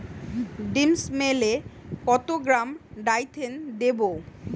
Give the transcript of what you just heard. ডিস্মেলে কত গ্রাম ডাইথেন দেবো?